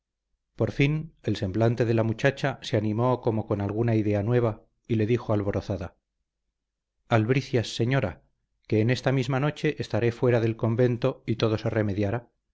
por fin el semblante de la muchacha se animó como con alguna idea nueva y le dijo alborazada albricias señora que en esta misma noche estaré fuera del convento y todo se remediará